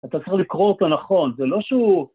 ‫אתה צריך לקרוא אותו נכון, ‫זה לא שהוא...